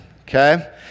Okay